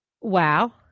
Wow